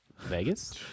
Vegas